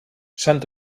sant